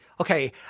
Okay